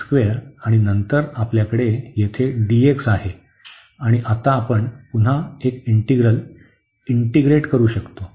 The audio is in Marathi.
तर x आणि नंतर आपल्याकडे येथे dx आहे आणि आता आपण पुन्हा एक इंटीग्रल इंटीग्रेट करू शकतो